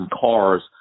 cars